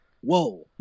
whoa